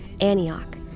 Antioch